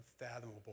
unfathomable